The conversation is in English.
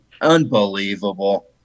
Unbelievable